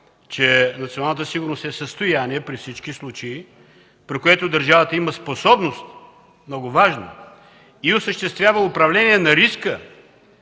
че националната сигурност се състои – не при всички случаи, при което държавата има способност, което е много важно, и осъществява управление на риска,